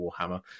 Warhammer